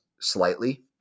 slightly